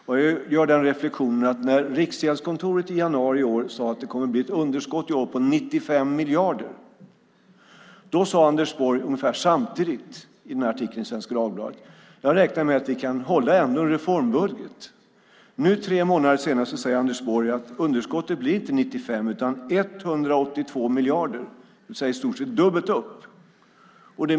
Ungefär samtidigt som Riksgäldskontoret i januari i år sade att det kommer att bli ett underskott i år på 95 miljarder skrev Anders Borg i den här artikeln i Svenska Dagbladet att han räknade med att man ändå skulle kunna hålla en reformbudget. Nu tre månader senare säger Anders Borg att underskottet inte blir 95 miljarder, utan 182 miljarder. Det är i stort sett dubbelt upp.